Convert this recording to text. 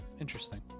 Interesting